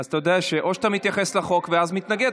אז אתה יודע שאו שאתה מתייחס לחוק ואז מתנגד,